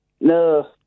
No